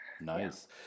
Nice